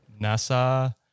Nasa